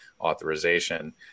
authorization